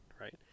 Right